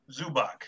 Zubak